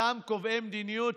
אותם קובעי מדיניות